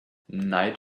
night